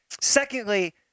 secondly